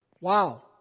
Wow